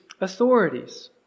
authorities